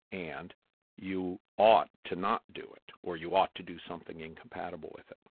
and you ought to not do it or you ought to do something incompatible with it.